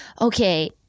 Okay